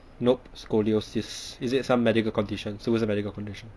nop scoliosis is it some medical condition 是不是 medical condition